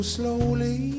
slowly